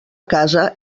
casa